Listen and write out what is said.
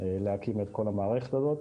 להקים את כל המערכת הזאת.